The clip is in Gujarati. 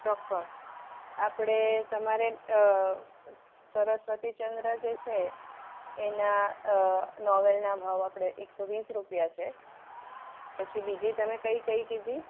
ચોક્કસ આપડે તમારે સરસ્વતીચંદ્ર જે છે એના નોવેલના ભાવ આપડે એક સો વીસ રૂપિયા છે પછી બીજી તમે કઈ કઈ કીધી